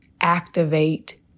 activate